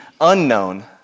unknown